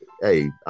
hey